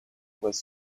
was